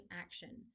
action